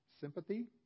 sympathy